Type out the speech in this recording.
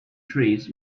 trees